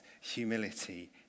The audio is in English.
humility